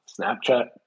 Snapchat